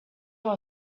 your